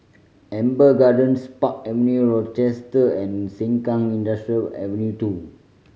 Amber Gardens Park Avenue Rochester and Sengkang Industrial Avenue Two